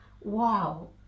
wow